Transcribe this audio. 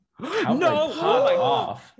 No